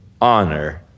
honor